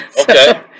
Okay